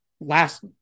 Last